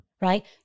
Right